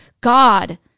God